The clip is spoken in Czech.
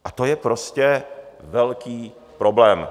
A to je prostě velký problém.